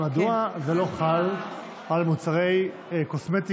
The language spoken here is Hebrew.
מדוע זה לא חל על מוצרי קוסמטיקה,